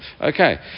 Okay